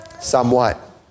somewhat